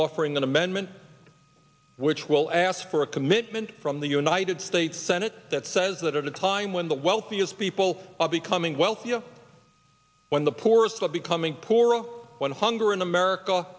offering an amendment which will ask for a commitment from the united states senate that says that are time when the wealthiest people are becoming wealthy when the poorest of becoming poorer when hunger in america